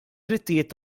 drittijiet